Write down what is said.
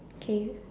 okay